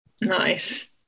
Nice